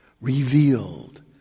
revealed